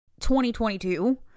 2022